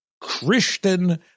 Christian